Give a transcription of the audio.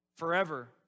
Forever